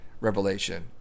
revelation